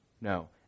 No